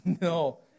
No